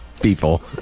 people